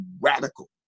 radical